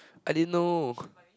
I didn't know